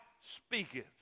speaketh